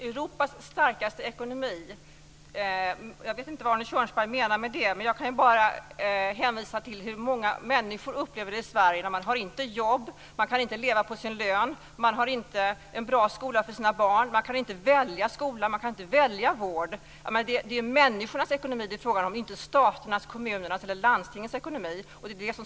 Fru talman! Jag vet inte vad Arne Kjörnsberg menar med Europas starkaste ekonomi. Men jag kan bara hänvisa till hur många människor upplever det i Sverige när de inte har jobb, inte kan leva på sin lön, inte har en bra skola för sina barn, inte kan välja skola och vård. Det är människornas ekonomi det är frågan om, inte statens, kommunernas eller landstingens ekonomi.